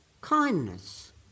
kindness